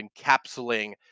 encapsulating